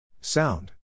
Sound